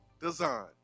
Design